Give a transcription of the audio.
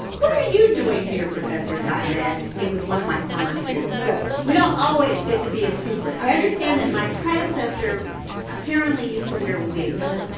what are you doing here professor conrad? it was one of my former students. so we don't always get to be a secret, i understand that my predecessor apparently used to wear wigs.